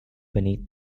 beneath